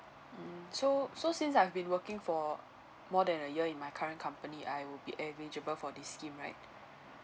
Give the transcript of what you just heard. mm so so since I've been working for more than a year in my current company I will be eligible for this scheme right